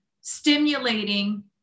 stimulating